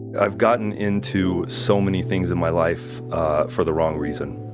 i've gotten into so many things in my life for the wrong reason,